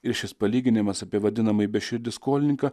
ir šis palyginimas apie vadinamąjį beširdį skolininką